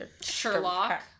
Sherlock